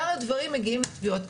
שאר הדברים מגיעים לתביעות.